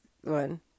one